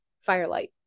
firelight